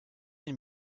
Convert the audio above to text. îles